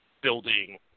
building